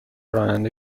راننده